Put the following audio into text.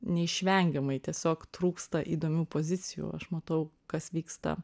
neišvengiamai tiesiog trūksta įdomių pozicijų aš matau kas vyksta